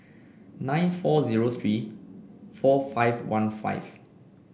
nine four zero three four five one five